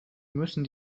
müssen